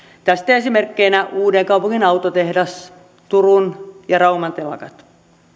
tästä esimerkkeinä uudenkaupungin autotehdas sekä turun ja rauman telakat